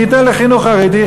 אני אתן לחינוך חרדי,